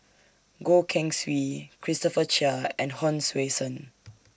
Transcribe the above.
Goh Keng Swee Christopher Chia and Hon Sui Sen